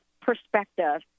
perspective